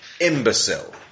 imbecile